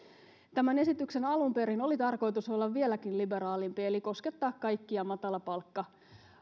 tämän esityksen alun perin oli tarkoitus olla vieläkin liberaalimpi eli koskettaa kaikkia matalapalkka